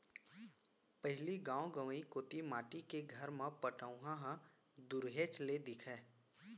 पहिली गॉव गँवई कोती माटी के घर म पटउहॉं ह दुरिहेच ले दिखय